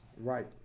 Right